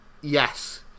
Yes